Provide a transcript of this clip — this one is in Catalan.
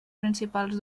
principals